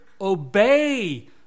obey